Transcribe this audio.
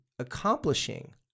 accomplishing